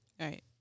Right